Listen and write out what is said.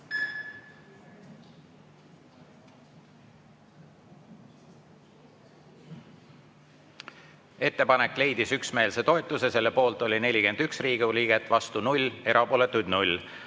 Ettepanek leidis üksmeelse toetuse. Selle poolt oli 41 Riigikogu liiget, vastu 0, erapooletuid 0.